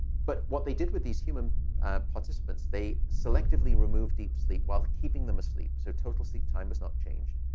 but what they did with these human participants, they selectively remove deep sleep while keeping them asleep so total sleep time has not changed.